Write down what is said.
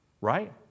Right